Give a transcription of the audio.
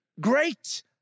Great